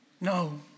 No